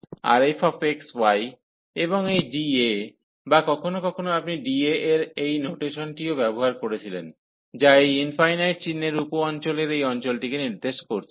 আর fx y এবং এই dA বা কখনও কখনও আপনি dA এর এই নোটেশনটিও ব্যবহার করেছিলেন যা এই ইনফাইনাইট চিহ্নের উপ অঞ্চলের এই অঞ্চলটিকে নির্দেশ করছে